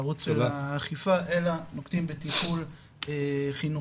לערוץ של האכיפה, אלא נוקטים בטיפול חינוכי,